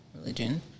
religion